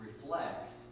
reflects